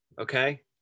okay